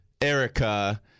Erica